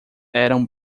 eram